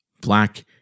black